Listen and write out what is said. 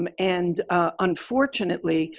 um and unfortunately,